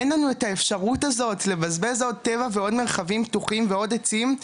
אין לנו את האפשרות הזאת לבזבז עוד טבע ועוד מרחבים פתוחים ועוד עצים,